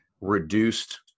reduced